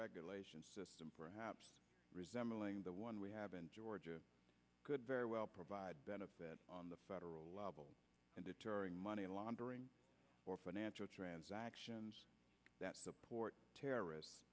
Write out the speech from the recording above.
regulation system perhaps resembling the one we have in georgia could very well provide benefits on the federal level and deterring money laundering for financial transactions that support terrorist